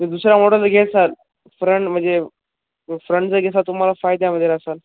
दुसरा मॉडल घेसाल फ्रंट म्हणजे फ्रंट जर घेसाल तुम्हाला फायद्यामध्ये आहे सर